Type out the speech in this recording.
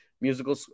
musical